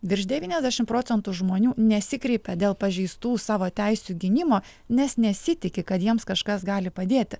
virš devyniasdešimt procentų žmonių nesikreipia dėl pažeistų savo teisių gynimo nes nesitiki kad jiems kažkas gali padėti